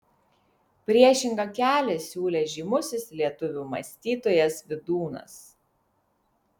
priešingą kelią siūlė žymusis lietuvių mąstytojas vydūnas